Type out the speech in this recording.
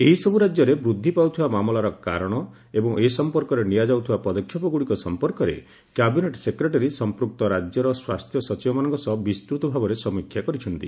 ଏହିସବୁ ରାଜ୍ୟରେ ବୃଦ୍ଧି ପାଉଥିବା ମାମଲାର କାରଣ ଏବଂ ଏ ସମ୍ପର୍କରେ ନିଆଯାଉଥିବା ପଦକ୍ଷେପଗ୍ରଡ଼ିକ ସମ୍ପର୍କରେ କ୍ୟାବିନେଟ୍ ସେକ୍ରେଟାରୀ ସମ୍ପ୍ରକ୍ତ ରାଜ୍ୟର ସ୍ୱାସ୍ଥ୍ୟ ସଚିବମାନଙ୍କ ସହ ବିସ୍ତୃତ ଭାବରେ ସମୀକ୍ଷା କରିଛନ୍ତି